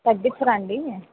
తగ్గించరా అండి